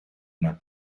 una